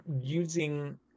using